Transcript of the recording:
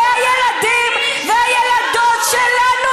זה הילדים והילדות שלנו,